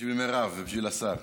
בשביל מירב ובשביל השר.